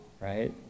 right